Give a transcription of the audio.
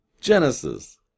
Genesis